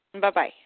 Bye-bye